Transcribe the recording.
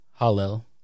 hallel